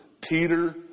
Peter